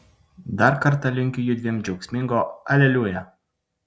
dar kartą linkiu judviem džiaugsmingo aleliuja